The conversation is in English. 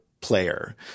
player